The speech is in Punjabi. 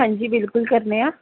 ਹਾਂਜੀ ਬਿਲਕੁਲ ਕਰਨੇ ਆ